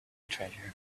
treasure